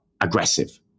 aggressive